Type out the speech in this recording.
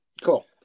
Cool